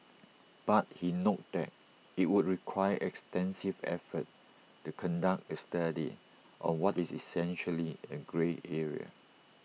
but he noted that IT would require extensive efforts to conduct A study on what is essentially A grey area